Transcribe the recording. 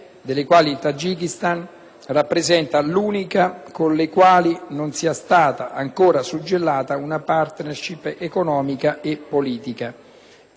Facendo riferimento ai nostri valori di cooperazione e dialogo, come logica di gestione nei rapporti internazionali sia a livello bilaterale